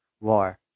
War